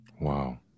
Wow